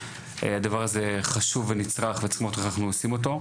הדבר הזה חשוב ונצרך וצריך לראות איך אנחנו עושים אותו.